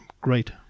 great